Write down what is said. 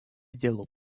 делу